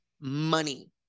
money